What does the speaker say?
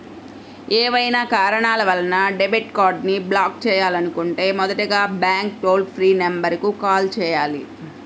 ఏవైనా కారణాల వలన డెబిట్ కార్డ్ని బ్లాక్ చేయాలనుకుంటే మొదటగా బ్యాంక్ టోల్ ఫ్రీ నెంబర్ కు కాల్ చేయాలి